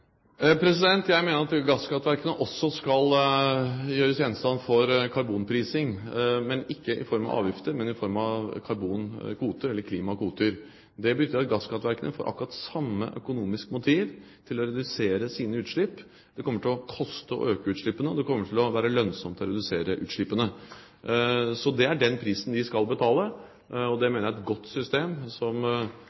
Jeg mener at gasskraftverkene også skal gjøres til gjenstand for karbonprising, ikke i form av avgifter, men i form av karbonkvoter eller klimakvoter. Det betyr at gasskraftverkene får akkurat samme økonomiske motiv til å redusere sine utslipp. Det kommer til å koste å øke utslippene, og det kommer til å være lønnsomt å redusere utslippene. Så det er den prisen de skal betale. Det mener jeg er et godt system, som EU har innført, og